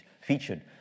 featured